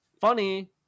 funny